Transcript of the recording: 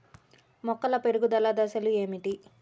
మొక్కల పెరుగుదల దశలు ఏమిటి?